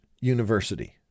University